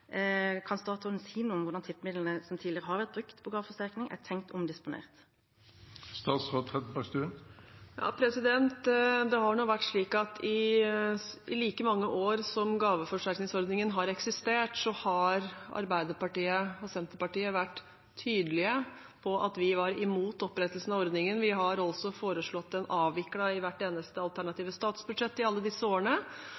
Kan statsråden si noe om hvordan tippemidlene som tidligere har vært brukt til gaveforsterkningen, er tenkt omdisponert? I like mange år som gaveforsterkningsordningen har eksistert, har Arbeiderpartiet og Senterpartiet vært tydelige på at vi var imot opprettelsen av ordningen. Vi har også foreslått den avviklet i hvert eneste